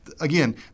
again